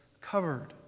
covered